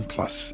Plus